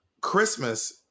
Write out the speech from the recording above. Christmas